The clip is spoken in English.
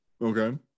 Okay